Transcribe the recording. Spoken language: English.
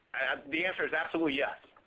the answer is absolutely yes.